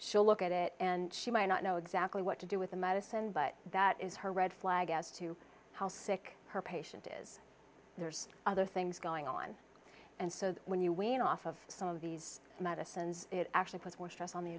she'll look at it and she might not know exactly what to do with the medicine but that is her red flag as to how sick her patient is there's other things going on and so when you when off of some of these medicines it actually puts more stress on the